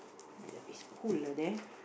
ya is cool lah there